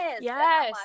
Yes